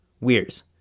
weirs